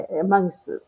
Amongst